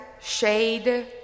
shade